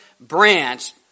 branch